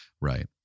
Right